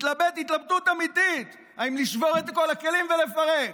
התלבט התלבטות אמיתית אם לשבור את כל הכלים ולפרק,